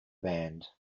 band